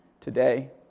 today